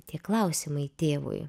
tie klausimai tėvui